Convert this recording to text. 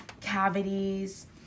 cavities